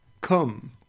Come